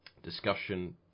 discussion